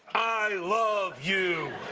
i love you.